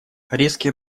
резкий